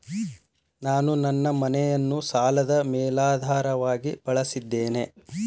ನಾನು ನನ್ನ ಮನೆಯನ್ನು ಸಾಲದ ಮೇಲಾಧಾರವಾಗಿ ಬಳಸಿದ್ದೇನೆ